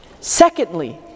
Secondly